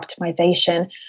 optimization